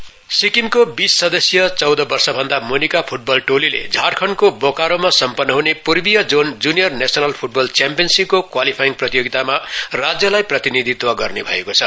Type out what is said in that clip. football सिक्किमको बीस सदस्यीय चौदह वर्ष भन्दा मुनिका फुटबल टोलीले झारखण्डको बोकारोमा सम्पन्न हुने पूर्वीय जोन जुनियर नेशनल फुटबल च्याम्पियनशीपलको क्वालिफाइड प्रतियोगितामा राज्यलाई प्रतिनिधित्व गर्ने भएको छ